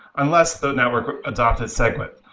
unless the network adopted segwit.